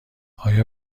آیا